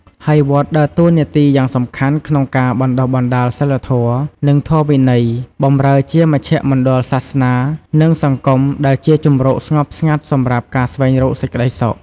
ហើយវត្តដើរតួនាទីយ៉ាងសំខាន់ក្នុងការ បណ្ដុះបណ្ដាលសីលធម៌ និងធម៌វិន័យ បម្រើជាមជ្ឈមណ្ឌលសាសនា និងសង្គម ដែលជាជម្រកស្ងប់ស្ងាត់សម្រាប់ការស្វែងរកសេចក្ដីសុខ។